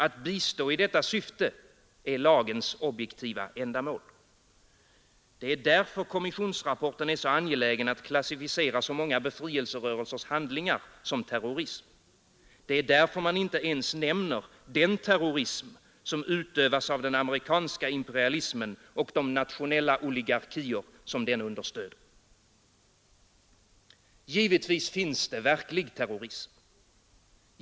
Att bistå i detta syfte är lagens objektiva ändamål. Det är därför kommissionsrapporten är så angelägen att klassificera så många befrielserörelsers handlingar som terrorism. Det är därför man inte ens nämner den terrorism som utövas av den amerikanska imperialismen och de nationella oligarkier den understöder. Givetvis finns det verklig terrorism.